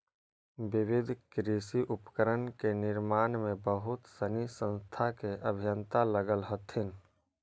विविध कृषि उपकरण के निर्माण में बहुत सनी संस्था के अभियंता लगल हथिन